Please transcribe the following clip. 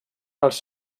els